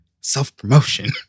Self-promotion